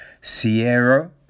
Sierra